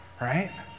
Right